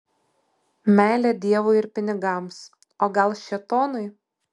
meilė dievui ir pinigams o gal šėtonui